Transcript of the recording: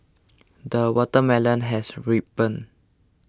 the watermelon has ripened